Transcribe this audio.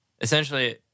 essentially